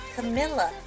Camilla